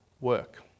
work